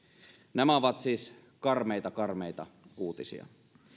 nämä ovat siis karmeita karmeita uutisia